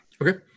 Okay